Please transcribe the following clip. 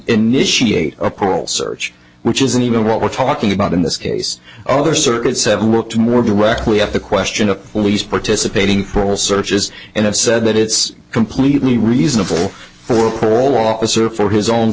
initiate a parole search which isn't even what we're talking about in this case other circuit said worked more directly at the question of police participating for searches and have said that it's completely reasonable for paul officer for his own